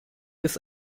ist